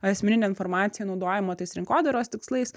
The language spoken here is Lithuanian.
asmeninė informacija naudojama tais rinkodaros tikslais